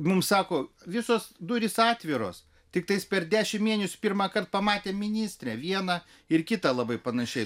mums sako visos durys atviros tiktais per dešimt mėnesių pirmąkart pamatėm ministrę vieną ir kitą labai panašiai